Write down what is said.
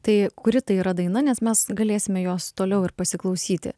tai kuri tai yra daina nes mes galėsime jos toliau ir pasiklausyti